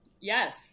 Yes